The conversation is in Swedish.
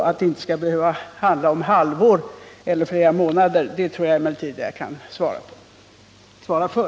Att det inte skall behöva handla om halvår eller flera månader tror jag emellertid att jag kan svara för.